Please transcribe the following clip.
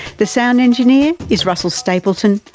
the sound engineer is russell stapleton.